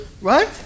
Right